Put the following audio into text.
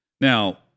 Now